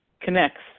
connects